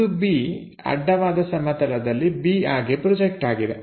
ಬಿಂದು B ಅಡ್ಡವಾದ ಸಮತಲದಲ್ಲಿ b ಆಗಿ ಪ್ರೊಜೆಕ್ಟ್ ಆಗಿದೆ